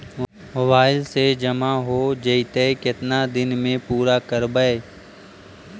Mobile से जामा हो जैतय, केतना दिन में पुरा करबैय?